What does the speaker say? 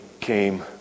came